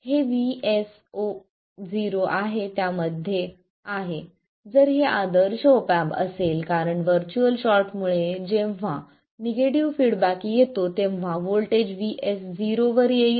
हे VS0 त्यामध्ये आहे जर हे एक आदर्श ऑप एम्प असेल कारण व्हर्च्युअल शॉर्टमुळे जेव्हा निगेटिव्ह फीडबॅक येतो तेव्हा व्होल्टेज VS0 वर येईल